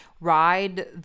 ride